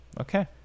Okay